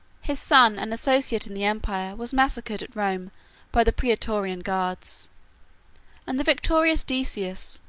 his son and associate in the empire was massacred at rome by the praetorian guards and the victorious decius,